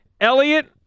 Elliot